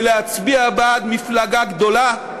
זה להצביע בעד מפלגה גדולה,